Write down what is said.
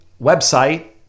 website